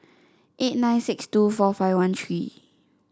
eight nine six two four five one three